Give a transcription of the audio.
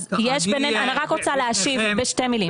אני רק רוצה להשיב בשתי מילים.